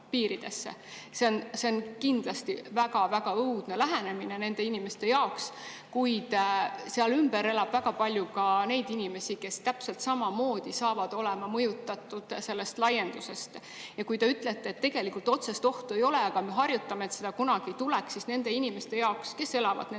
See on kindlasti väga-väga õudne lähenemine nende inimeste jaoks, kuid seal ümber elab väga palju ka neid inimesi, kes täpselt samamoodi saavad olema mõjutatud sellest laiendusest. Ja kui te ütlete, et tegelikult otsest ohtu ei ole, aga me harjutame, et seda kunagi ei tuleks, siis nende inimeste jaoks, kes elavad nendes majades,